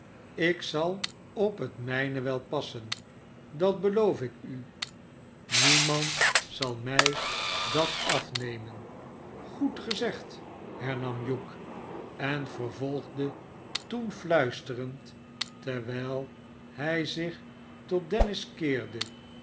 slk zal op het mijne wel passen dat beloof ik u niemand zal mij dat afnemen goed gezegd hernam hugh en vervolgde toen fluisterend terwijl hij zich tot dennis keerde